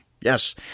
yes